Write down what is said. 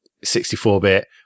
64-bit